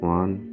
one